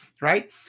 right